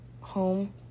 home